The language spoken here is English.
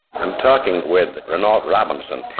um talking with renault robinson,